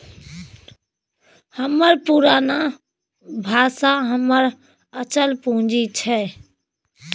हमर पुरना बासा हमर अचल पूंजी छै